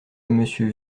monsieur